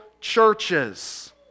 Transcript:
churches